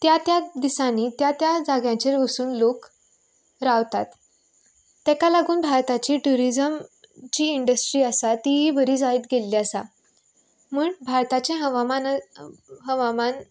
त्या त्या दिसांनी त्या जाग्यांचेर वसून लोक रावतात तेका लागून भारताची ट्युरिजम जी इंडस्ट्री आसा ती बरी जायत गेल्ली आसा म्हण भारताचें हवामानान हवामान